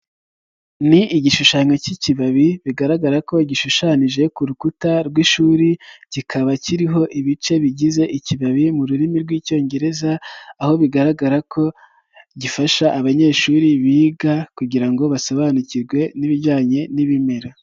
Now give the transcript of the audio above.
Ni igishushanyo cy'ikibabi bigaragara ko gishushanyije ku rukuta rw'ishuri, kikaba kiriho ibice bigize ikibabi mu rurimi rw'icyongereza, aho bigaragara ko gifasha abanyeshuri biga kugira ngo basobanukirwe n'ibijyanye n'ibimera.